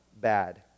bad